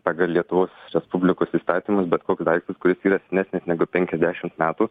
pagal lietuvos respublikos įstatymus bet koks daiktas kuris yra senesnis negu penkiasdešimt metų